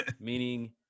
Meaning